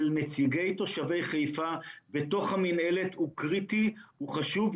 נציגי תושבי חיפה בתוך המינהלת הוא קריטי וחשוב,